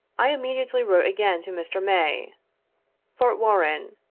i immediately wrote again to mr. may fort warren,